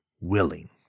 willing